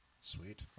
Sweet